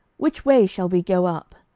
which way shall we go up?